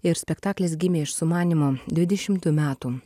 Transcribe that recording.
ir spektaklis gimė iš sumanymo dvidešimtų metų